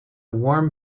warm